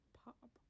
pop